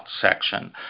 section